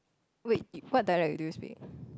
wait what dialect do you speak